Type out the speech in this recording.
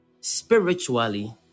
spiritually